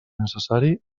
necessari